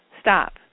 stop